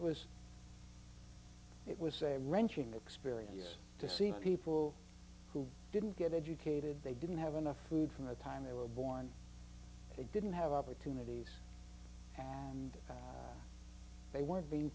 it was it was a wrenching experience to see people who didn't get educated they didn't have enough food from the time they were born they didn't have opportunities and they weren't being